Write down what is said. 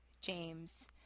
James